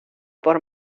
por